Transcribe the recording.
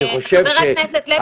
אני חושב --- חבר הכנסת לוי,